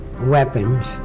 weapons